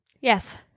Yes